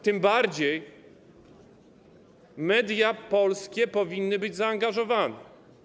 Tym bardziej media polskie powinny być w to zaangażowane.